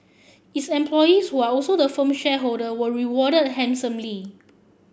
its employees who are also the firm shareholder were rewarded handsomely